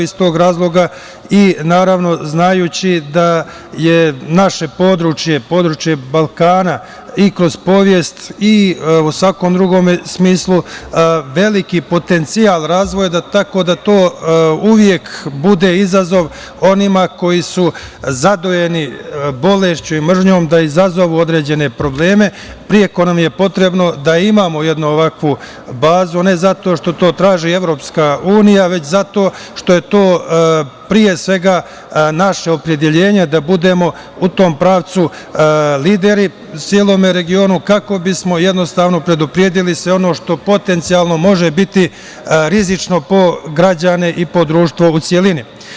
Iz tog razloga i, naravno, znajući da je naše područje, područje Balkana, i kroz istoriju i u svakom drugom smislu veliki potencijal razvoja, tako da to uvek bude izazov onima koji su zadojeni bolešću i mržnjom da izazovu određene probleme, preko nam je potrebno da imamo jednu ovakvu bazu, a ne zato što to traži EU, već zato što je to, pre svega, naše opredeljenje da budemo u tom pravcu lideri celom regionu kako bismo jednostavno predupredili sve ono što potencijalno može biti rizično po građane i po društvo u celini.